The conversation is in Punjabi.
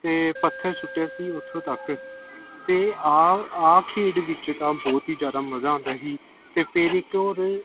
ਇਹ ਪੱਥਰ ਸੁੱਟਿਆ ਸੀ ਉੱਥੋਂ ਤੱਕ ਅਤੇ ਆਹ ਆਹ ਖੇਡ ਵਿੱਚ ਤਾਂ ਬਹੁਤ ਹੀ ਜ਼ਿਆਦਾ ਮਜ਼ਾ ਆਉਂਦਾ ਸੀ ਅਤੇ ਫੇਰ ਇੱਕ ਹੋਰ